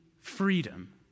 freedom